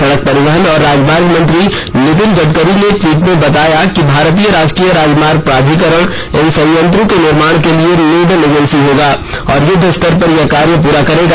सड़क परिवहन और राजमार्ग मंत्री नितिन गडकरी ने ट्वीट में बताया कि भारतीय राष्ट्रीय राजमार्ग प्राधिकरण इन संयंत्रों के निर्माण के लिए नोडल एजेंसी होगा और युद्व स्तर पर यह कार्य पूरा करेगा